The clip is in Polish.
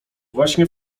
właśnie